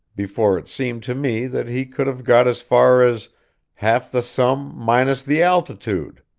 before it seemed to me that he could have got as far as half the sum, minus the altitude.